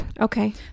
Okay